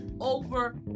over